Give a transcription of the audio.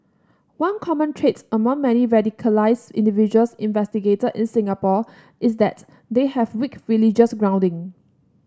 one common trait among many radicalised individuals investigated in Singapore is that they have weak religious grounding